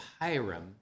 Hiram